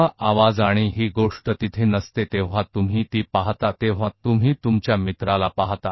वह भी तब जब ध्वनि और यह चीज वहां भी नहीं थी जब वह उस पर नज़र नहीं रखता था